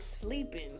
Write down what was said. sleeping